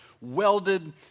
welded